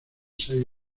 seis